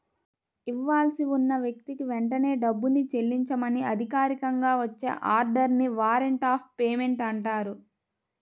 ఇవ్వాల్సి ఉన్న వ్యక్తికి వెంటనే డబ్బుని చెల్లించమని అధికారికంగా వచ్చే ఆర్డర్ ని వారెంట్ ఆఫ్ పేమెంట్ అంటారు